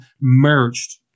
merged